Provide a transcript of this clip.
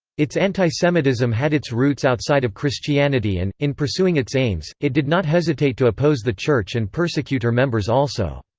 its anti-semitism had its roots outside of christianity and, in pursuing its aims, it did not hesitate to oppose the church and persecute her members also.